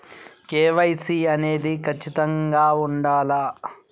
KYC అనేది ఖచ్చితంగా ఉండాలా?